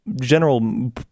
general